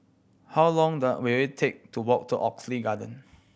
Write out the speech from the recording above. how long will it take to walk to Oxley Garden